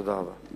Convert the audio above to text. תודה רבה.